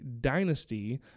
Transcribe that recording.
dynasty